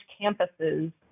campuses